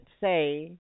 say